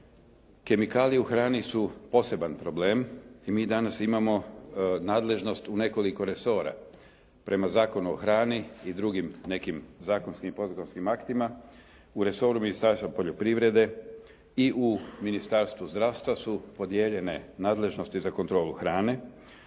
Kemikalije u hrani su poseban problem i mi danas imamo nadležnost u nekoliko resora. Prema Zakonu o hrani i drugim nekim zakonskim i podzakonskim aktima u resoru Ministarstva poljoprivrede i u Ministarstvu zdravstva su podijeljene nadležnosti za kontrolu hrane